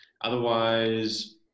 otherwise